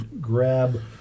grab